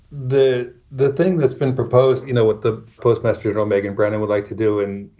the the thing that's been proposed, you know what the postmaster general, megan brannon, would like to do and you